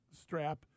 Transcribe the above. strap